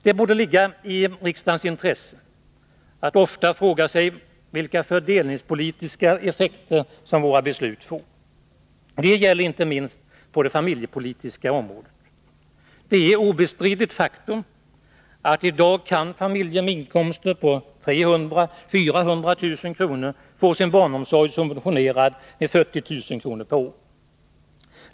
Det borde ligga i riksdagens intresse att oftare fråga sig vilka fördelningspolitiska effekter som våra beslut får. Detta gäller inte minst på det familjepolitiska området. Det är ett obestridligt faktum att familjer med inkomster på 300 000-400 000 kr. i dag kan få sin barnomsorg subventionerad med 40 000 kr. per år.